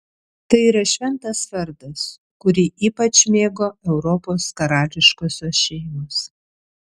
tai yra šventas vardas kurį ypač mėgo europos karališkosios šeimos